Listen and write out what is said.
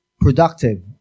productive